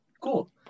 Cool